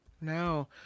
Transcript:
No